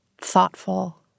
thoughtful